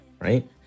Right